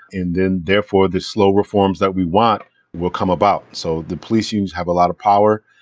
and then therefore, the slow reforms that we want will come about. so the police unions have a lot of power.